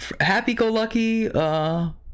happy-go-lucky